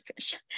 fish